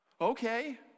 Okay